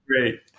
great